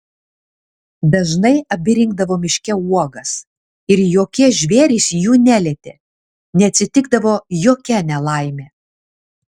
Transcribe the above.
dažnai abi rinkdavo miške uogas ir jokie žvėrys jų nelietė neatsitikdavo jokia nelaimė